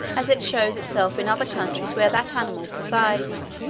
as it shows itself in other countries where that animal presides.